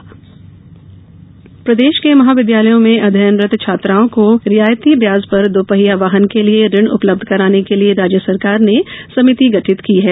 समिति बैठक प्रदेश के महाविद्यालयों में अध्ययनरत छात्राओं को रियायती व्याज पर दो पहिया वाहन के लिये ऋण उपलब्ध कराने के लिये राज्य सरकार ने समिति गठित की है